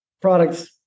products